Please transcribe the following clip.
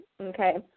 Okay